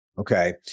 Okay